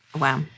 wow